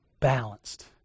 balanced